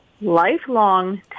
lifelong